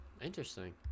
Interesting